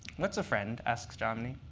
what's a friend, asks jomny.